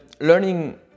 learning